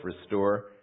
restore